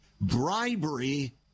Bribery